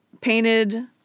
painted